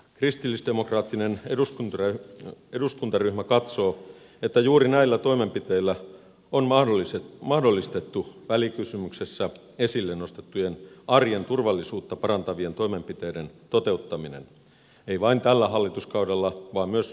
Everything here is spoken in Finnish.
kristillisdemokraattinen eduskuntaryhmä katsoo että juuri näillä toimenpiteillä on mahdollistettu välikysymyksessä esille nostettujen arjen turvallisuutta parantavien toimenpiteiden toteuttaminen ei vain tällä hallituskaudella vaan myös tulevaisuudessa